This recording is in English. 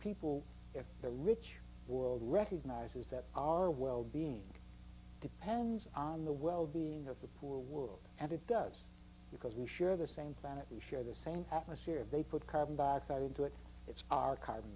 people if the rich world recognizes that our well being depends on the well being of the poor world and it does because we share the same planet we share the same atmosphere they put carbon dioxide into it it's our carbon